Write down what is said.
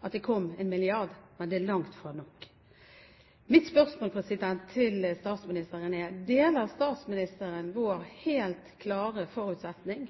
at det kom en milliard, men det er langt fra nok. Mitt spørsmål til statsministeren er: Deler statsministeren vår helt klare forutsetning